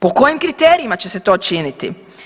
Po kojim kriterijima će se to činiti?